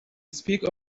speak